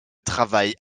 travail